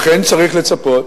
אכן צריך לצפות,